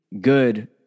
good